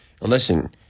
listen